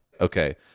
okay